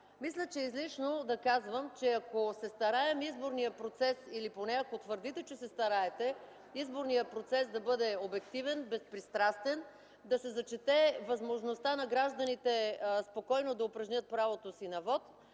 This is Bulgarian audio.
Мисля, че е излишно да казвам, че ако се стараем изборният процес или поне, ако твърдите, че се стараете изборният процес да бъде обективен, безпристрастен, да се зачете възможността на гражданите спокойно да упражнят правото си на вот